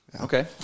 Okay